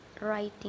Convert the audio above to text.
writing